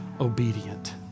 obedient